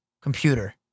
Computer